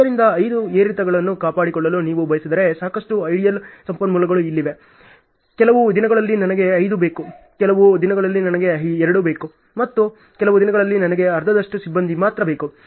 ಆದ್ದರಿಂದ ಐದು ಏರಿಳಿತಗಳನ್ನು ಕಾಪಾಡಿಕೊಳ್ಳಲು ನೀವು ಬಯಸಿದರೆ ಸಾಕಷ್ಟು ಐಡಲ್ ಸಂಪನ್ಮೂಲಗಳು ಇಲ್ಲಿವೆ ಕೆಲವು ದಿನಗಳು ನನಗೆ 5 ಬೇಕು ಕೆಲವು ದಿನಗಳು ನನಗೆ 2 ಬೇಕು ಮತ್ತು ಕೆಲವು ದಿನಗಳಲ್ಲಿ ನನಗೆ ಅರ್ಧದಷ್ಟು ಸಿಬ್ಬಂದಿ ಮಾತ್ರ ಬೇಕು